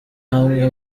amwe